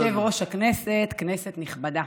יושב-ראש הכנסת, כנסת נכבדה,